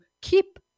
keep